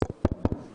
מלוד,